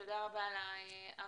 תודה רבה על ההבהרה.